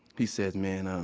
he says, man, um